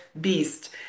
beast